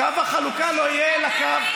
קו החלוקה לא יהיה אלא קו,